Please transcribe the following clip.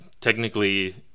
technically